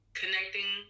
connecting